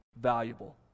valuable